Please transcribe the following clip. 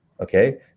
Okay